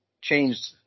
changed